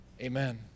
Amen